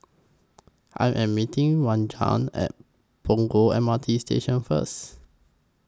I Am meeting At Punggol M R T Station First